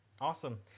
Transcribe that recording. awesome